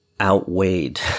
outweighed